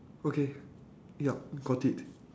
okay yup got it